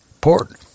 port